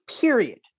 Period